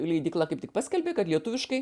leidykla kaip tik paskelbė kad lietuviškai